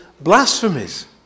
blasphemies